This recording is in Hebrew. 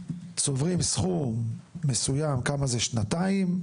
צוברים סכום מסוים כמה זה יוצא לשנתיים,